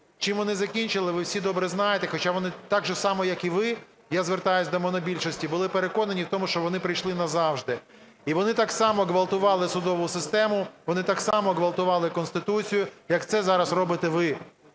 Чим вони закінчили, ви всі добре знаєте. Хоча вони так само, як і ви (я звертаюсь до монобільшості), були переконані в тому, що вони прийшли назавжди. І вони так само ґвалтували судову систему, вони так само ґвалтували Конституцію, як це зараз робите ви.